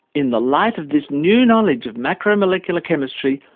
in the light of this new knowledge of macromolecular chemistry,